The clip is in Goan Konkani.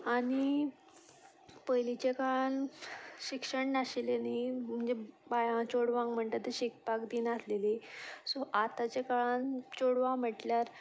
आनी पयलींच्या काळान शिक्षण नाशिल्लें न्ही म्हणजे बाय चेडवांक म्हणटा तें शिकपाक दिना आसलेली सो आतांच्या काळान चेडवां म्हटल्यार